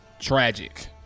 tragic